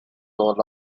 hole